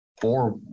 four